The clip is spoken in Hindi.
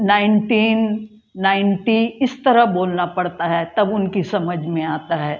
नाइन्टीन नाइन्टी इस तरह बोलना पड़ता है तब उनकी समझ में आता है